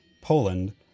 Poland